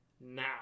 now